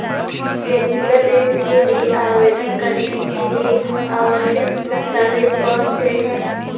व्यक्तिगत ऋण के लिए आवेदन करने के लिए आवश्यक दस्तावेज़ कौनसे हैं?